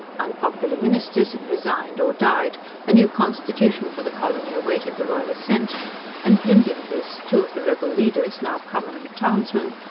unpopular ministers had resigned or died a new constitution for the colony awaited the royal assent and pending this, two of the rebel-leaders, now prominent townsmen,